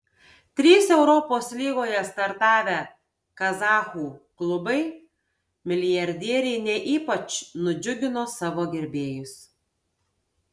trys europos lygoje startavę kazachų klubai milijardieriai ne ypač nudžiugino savo gerbėjus